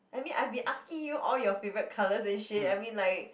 I mean I've been asking you all your favorite colours and shade I mean like